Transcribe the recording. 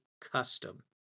custom